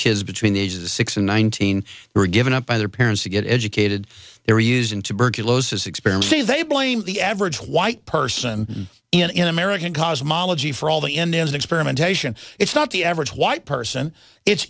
kids between the ages six and nineteen were given up by their parents to get educated they were using tuberculosis experimentally they blame the average white person in american cosmology for all the end of the experimentation it's not the average white person it's